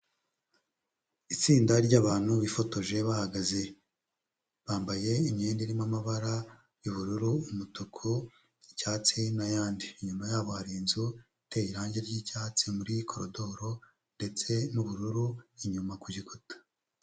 Itsinda ry'abantu bifotoje bahagaze, bambaye imyenda irimo amabara y'ubururu, umutuku, cyatsi, n'ayandi. Inyuma ya bo hari inzu iteye irangi ry'icyatsi muri koridoro ndetse n'ubururu inyuma ku gikuta.